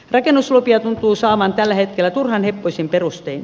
rakennuslupia tuntuu saavan tällä hetkellä turhan heppoisin perustein